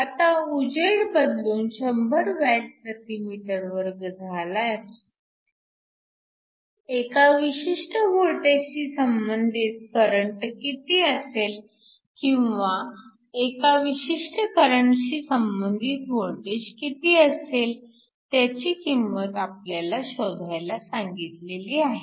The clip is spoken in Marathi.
आता उजेड बदलून 100 Wm2 इतका झाल्यास एका विशिष्ट वोल्टेजशी संबंधित करंट किती असेल किंवा एका विशिष्ट करंटशी संबंधित वोल्टेज किती असेल त्याची किंमत आपल्याला शोधायला सांगितलेली आहे